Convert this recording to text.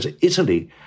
Italy